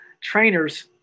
trainers